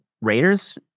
Raiders